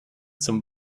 zum